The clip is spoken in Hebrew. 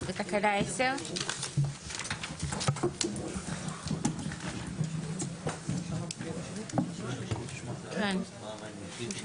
10. הבנתי.